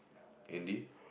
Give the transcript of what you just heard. indeed